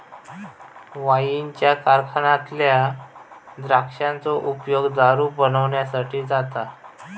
वाईनच्या कारखान्यातल्या द्राक्षांचो उपयोग दारू बनवच्यासाठी जाता